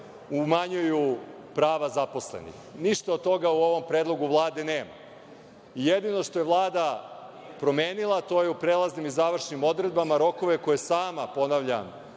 umanjuju prava zaposlenih. Ništa od toga u ovom predlogu Vlade nema. Jedino što je Vlada promenila, to je da u prelaznim i završnim odredbama rokove koje je sama odredila,